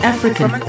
African